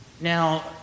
Now